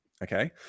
okay